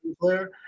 player